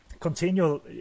Continual